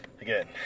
Again